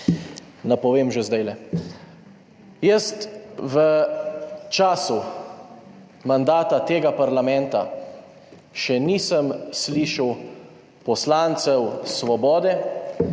napovem že zdajle. Jaz v času mandata tega parlamenta še nisem slišal poslancev Svobode